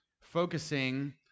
focusing